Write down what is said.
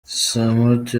samputu